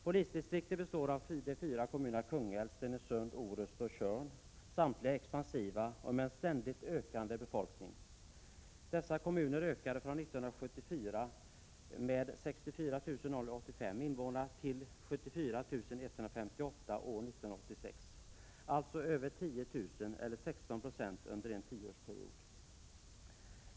Polisdistriktet består av de fyra kommunerna Kungälv, Stenungsund, Orust och Tjörn; samtliga expansiva och med en ständigt ökande befolkning. Dessa kommuners befolkning ökade från 64 085 invånare år 1974 till 74 151 år 1986, dvs. med över 10 000 eller 16 96 under en tioårsperiod.